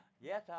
Yes